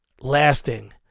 lasting